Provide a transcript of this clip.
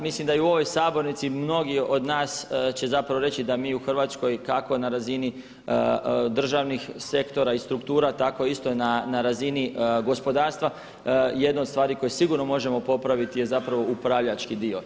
Mislim da i u ovoj sabornici mnogi od nas će reći mi u Hrvatskoj kako na razini državnih sektora i struktura tako isto na razini gospodarstva jedna od stvari koje sigurno možemo popraviti je zapravo upravljački dio.